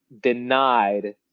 denied